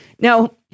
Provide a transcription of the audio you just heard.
Now